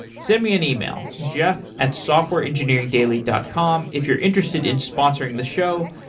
send me an email, jeff at softwareengineeringdaily dot com if you're interested in sponsoring the show.